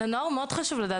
חשוב מאוד.